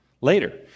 later